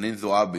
חנין זועבי.